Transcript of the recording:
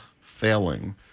Failing